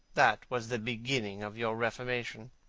that was the beginning of your reformation.